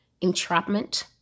entrapment